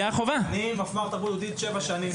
אני מפמ"ר תרבות יהודית מזה שבע שנים.